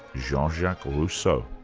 jean-jacques rousseau.